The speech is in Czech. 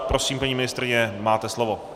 Prosím, paní ministryně, máte slovo.